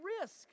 risk